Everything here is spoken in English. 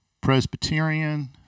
Presbyterian